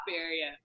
area